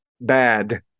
Bad